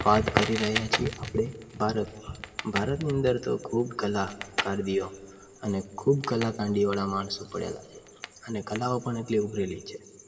વાત કરી રહ્યા છીએ આપણે ભારતમાં ભારતની અંદર તો ખૂબ કલા કસબીઓ અને ખૂબ કલાકાંડીવાળા માણસો પડેલા છે અને કલાઓ પણ એટલી ઉભરેલી છે